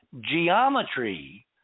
geometry